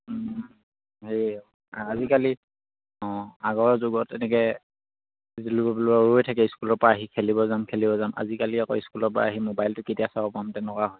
হেৰি আজিকালি অঁ আগৰ যুগত তেনেকে ৰৈ থাকে স্কুলৰ পৰা আহি খেলিব যাম খেলিব যাম আজিকালি আকৌ স্কুলৰ পৰা আহি মোবাইলটো কেতিয়া চাব পাম তেনেকুৱা হয়